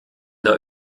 der